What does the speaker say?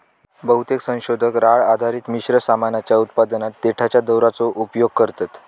बहुतेक संशोधक राळ आधारित मिश्र सामानाच्या उत्पादनात देठाच्या दोराचो उपयोग करतत